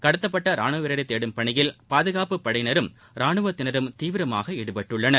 கடத்தப்பட்ட ரானுவ வீரரை தேடும் பணியில் பாதுகாப்பு படையினரும் ரானுவத்தினரும் தீவிரமாக ஈடுபட்டுள்ளனர்